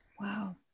Wow